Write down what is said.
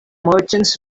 merchants